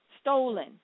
stolen